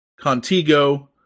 Contigo